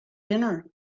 dinner